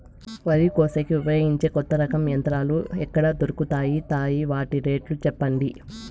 వరి కోసేకి ఉపయోగించే కొత్త రకం యంత్రాలు ఎక్కడ దొరుకుతాయి తాయి? వాటి రేట్లు చెప్పండి?